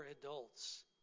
adults